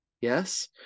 Yes